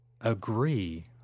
agree